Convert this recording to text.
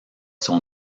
son